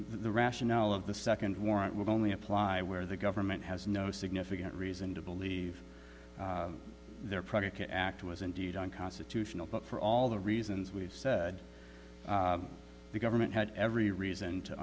the rationale of the second warrant would only apply where the government has no significant reason to believe their predicate act was indeed unconstitutional but for all the reasons we've said the government had every reason to